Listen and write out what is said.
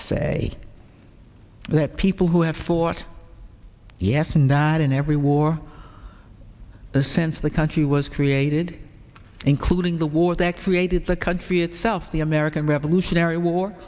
say that people who have fought yes and died in every war since the country was created including the war that created the country itself the american revolutionary war